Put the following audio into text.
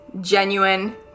genuine